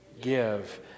give